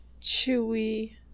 chewy